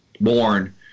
born